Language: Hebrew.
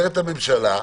אומרת הממשלה,